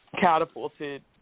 catapulted